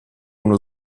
uno